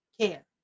care